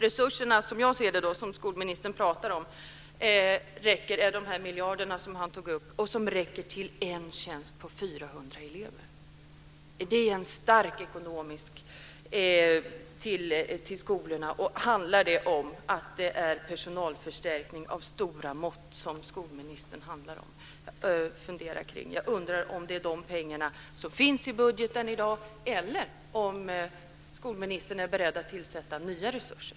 De resurser som skolministern pratar om - de miljarder han tog upp - räcker till en tjänst på 400 elever. Är det en stor ekonomisk förstärkning för skolorna? Är det personalförstärkning av stora mått? Jag undrar om pengarna finns i budgeten i dag eller om skolministern är beredd att tillföra nya resurser.